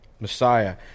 Messiah